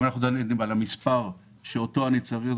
אם אנחנו דנים על המספר שאותו אני צריך,